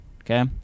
Okay